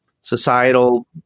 societal